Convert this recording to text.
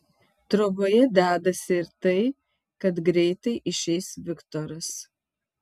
troboje dedasi ir tai kad greitai išeis viktoras